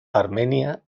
armenia